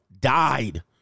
died